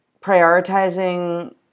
prioritizing